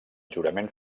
jurament